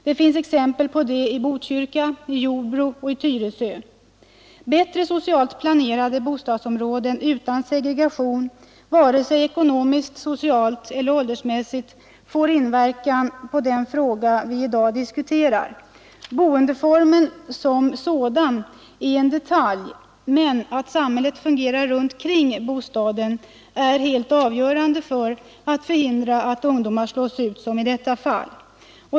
Det finns exempel på det i Botkyrka, i Jordbro och i Tyresö. Bättre socialt planerade bostadsområden utan segregation vare sig ekonomiskt, socialt eller åldersmässigt får inverkan på den fråga vi i dag diskuterar. Boendeformen som sådan är en detalj, men att samhället fungerar runt omkring bostaden är helt avgörande för att förhindra att ungdomar slås ut, som i detta fall.